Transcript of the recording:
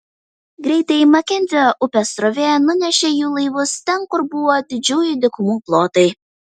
greita makenzio upės srovė nunešė jų laivus ten kur buvo didžiųjų dykynių plotai